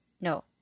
no